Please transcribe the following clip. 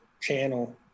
channel